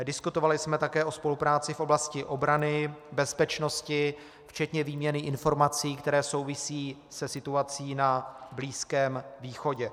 Diskutovali jsme také o spolupráci v oblasti obrany, bezpečnosti, včetně výměny informací, které souvisí se situací na Blízkém východě.